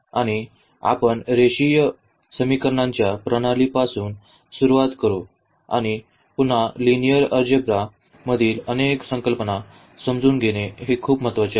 आणि आपण रेखीय समीकरणांच्या प्रणालीपासून सुरूवात करू आणि पुन्हा लिनिअर अल्जेब्रा मधील अनेक संकल्पना समजून घेणे हे खूप महत्वाचे आहे